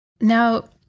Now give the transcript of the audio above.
Now